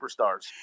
superstars